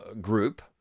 group